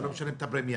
אתה לא משלם את הפרמיה,